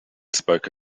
spoke